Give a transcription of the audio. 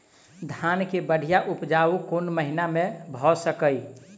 धान केँ बढ़िया उपजाउ कोण महीना मे भऽ सकैय?